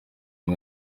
uyu